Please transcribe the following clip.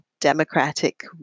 democratic